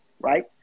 right